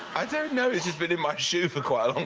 i don't know. it's just been in my shoe for quite